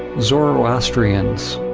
zoroastrians,